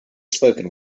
spoken